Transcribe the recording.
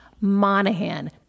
Monahan